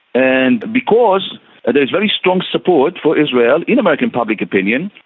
and because there is very strong support for israel in american public opinion,